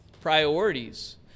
Priorities